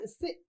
sit